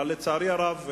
אבל לצערי הרב,